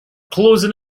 closing